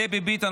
דבי ביטן,